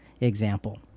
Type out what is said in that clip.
example